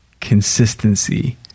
consistency